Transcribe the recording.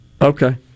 Okay